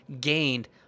gained